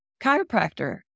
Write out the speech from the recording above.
chiropractor